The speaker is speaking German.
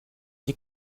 die